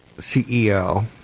CEO